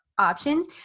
options